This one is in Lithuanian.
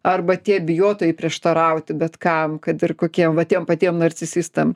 arba tie bijotojai prieštarauti bet kam kad ir kokie va tiem patiem narcisistam